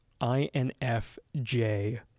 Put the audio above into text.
INFJ